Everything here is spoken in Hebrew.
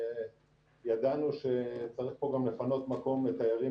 וידענו שצריך גם לפנות מקום לתיירים